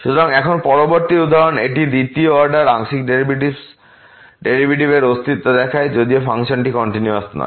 সুতরাং এখন পরবর্তী উদাহরণ এটি দ্বিতীয় অর্ডার আংশিক ডেরিভেটিভের অস্তিত্ব দেখায় যদিও ফাংশনটি কন্টিনিউয়াসনয়